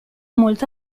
molto